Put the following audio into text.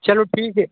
चलाे ठीक है